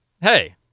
Hey